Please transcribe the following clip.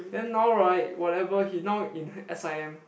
then now right whatever he now in s_i_m